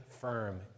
firm